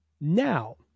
Now